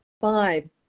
five